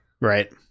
Right